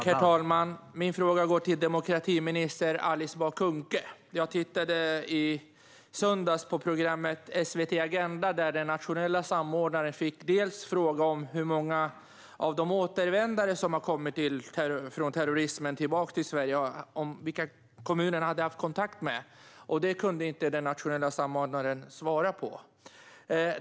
Herr talman! Min fråga går till demokratiminister Alice Bah Kuhnke. Jag tittade i söndags på programmet Agenda i SVT, där den nationella samordnaren fick frågor bland annat om hur många av de återvändare som har kommit tillbaka till Sverige från terrorismen som kommunerna hade haft kontakt med. Det kunde inte den nationella samordnaren svara på.